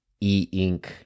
e-ink